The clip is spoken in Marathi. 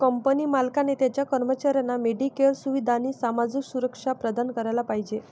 कंपनी मालकाने त्याच्या कर्मचाऱ्यांना मेडिकेअर सुविधा आणि सामाजिक सुरक्षा प्रदान करायला पाहिजे